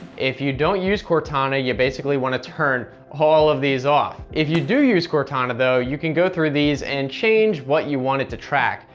if you don't use cortana, you basically want to turn all of these off. if you do use cortana, you can go through these and change what you want it to track.